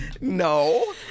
No